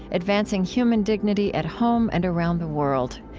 advancing human dignity at home and around the world.